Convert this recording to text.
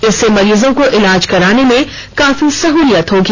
इससे मरीजों को इलाज कराने में काफी सहूलियत होगी